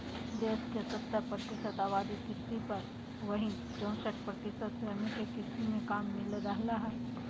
देश के सत्तर प्रतिशत आबादी कृषि पर, वहीं चौसठ प्रतिशत श्रमिक के कृषि मे काम मिल रहल हई